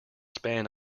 span